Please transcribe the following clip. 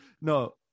No